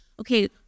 Okay